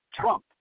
Trump